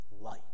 light